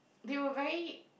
they were very